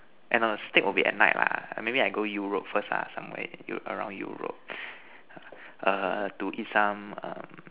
eh no steak will be at night lah maybe I go Europe first lah somewhere Eu~ around Europe err to eat some um